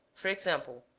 for example,